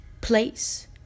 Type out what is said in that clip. place